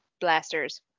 blasters